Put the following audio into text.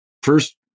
First